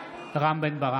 (קורא בשמות חברי הכנסת) רם בן ברק,